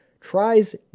tries